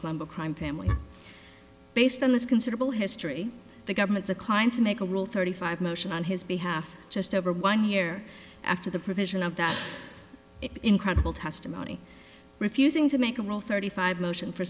colombo crime family based on his considerable history the government's a client to make a rule thirty five motion on his behalf just over one year after the provision of that incredible testimony refusing to make a rule thirty five motion for